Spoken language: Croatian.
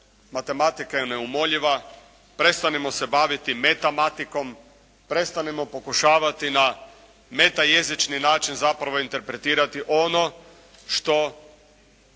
matematika je neumoljiva. Prestanimo se baviti metamatikom, prestanimo pokušavati na meta jezični način zapravo interpretirati ono što